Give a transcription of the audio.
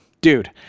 Dude